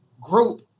group